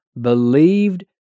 believed